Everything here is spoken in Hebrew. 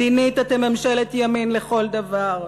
מדינית אתם ממשלת ימין לכל דבר,